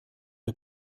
der